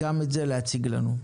גם את זה תציגו לנו.